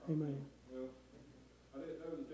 Amen